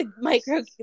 micro